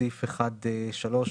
בסעיף 1(2)(ב),